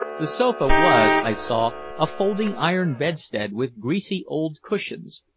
the sofa was, i saw, a folding iron bedstead with greasy old cushions,